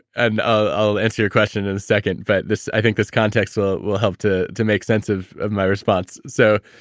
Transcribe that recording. and i'll answer your question in a second. but this, i think this context will will help to to make sense of of my response. so